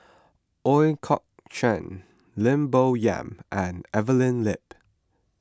Ooi Kok Chuen Lim Bo Yam and Evelyn Lip